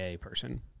person